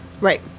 Right